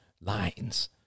lines